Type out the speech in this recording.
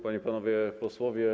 Panie i Panowie Posłowie!